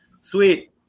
Sweet